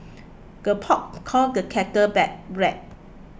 the pot call the kettle back black